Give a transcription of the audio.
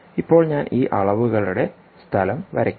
ഇപ്പോൾ ഞാൻ ഈ അളവുകളുടെ സ്ഥലം വരയ്ക്കും